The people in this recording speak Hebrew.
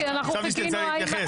חשבתי שתרצה להתייחס,